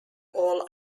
all